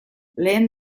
lehen